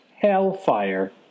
Hellfire